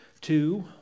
Two